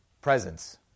presence